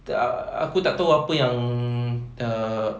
err aku tak tahu apa yang tak